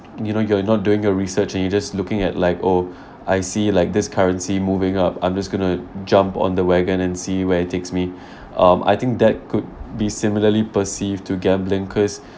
you know you are not doing a research and you just looking at like oh I see like this currency moving up I'm just going to jump on the wagon and see where it takes me um I think that could be similarly perceived to gambling cause